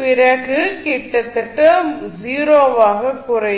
பிறகு கிட்டத்தட்ட 0 ஆகக் குறையும்